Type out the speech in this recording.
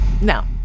Now